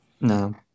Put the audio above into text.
No